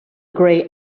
grey